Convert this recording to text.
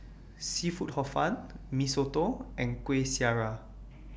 Seafood Hor Fun Mee Soto and Kueh Syara